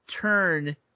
turn